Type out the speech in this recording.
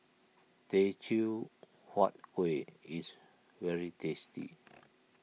Teochew Huat Kuih is very tasty